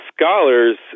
scholars